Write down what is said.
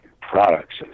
products